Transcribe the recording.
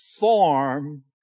form